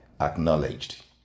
acknowledged